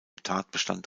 tatbestand